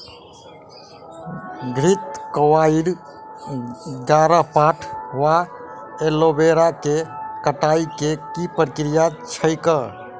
घृतक्वाइर, ग्यारपाठा वा एलोवेरा केँ कटाई केँ की प्रक्रिया छैक?